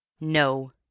No